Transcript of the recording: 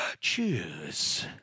Choose